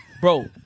bro